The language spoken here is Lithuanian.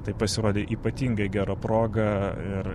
tai pasirodė ypatingai gera proga ir